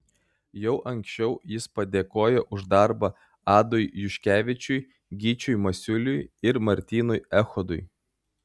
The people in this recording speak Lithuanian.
jau anksčiau jis padėkojo už darbą adui juškevičiui gyčiui masiuliui ir martynui echodui